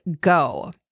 go